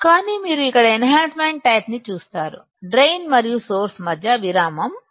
కానీ మీరు ఇక్కడ ఎన్హాన్సమెంట్ టైపు ని చూస్తారు డ్రైన్ మరియు సోర్స్ మధ్య విరామం ఉంది